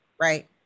Right